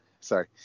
Sorry